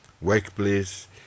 workplace